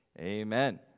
amen